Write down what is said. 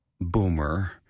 boomer